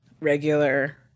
regular